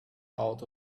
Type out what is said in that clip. out